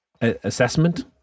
assessment